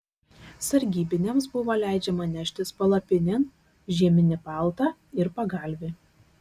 sargybiniams buvo leidžiama neštis palapinėn žieminį paltą ir pagalvį